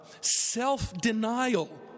self-denial